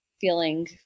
feeling